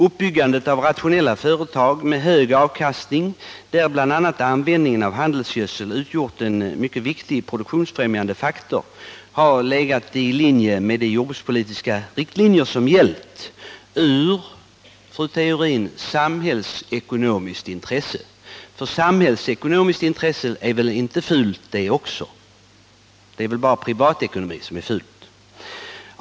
Uppbyggandet av rationella företag med hög avkastning, där bl.a. användningen av handelsgödsel utgjort en mycken viktig produktionsfrämjande faktor, har legat i linje med den jordbrukspolitik som förts. Det har varit ett samhällsekonomiskt intresse, fru Theorin. Och samhällsekonomiskt intresse är väl inte fult, det också? Det är väl bara privatekonomi som är fult?